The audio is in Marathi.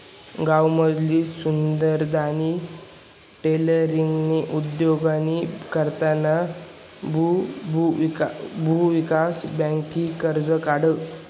गावमझारली सुनंदानी टेलरींगना उद्योगनी करता भुविकास बँकनं कर्ज काढं